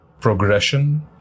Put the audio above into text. Progression